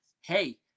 hey